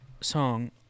song